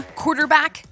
quarterback